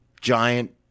giant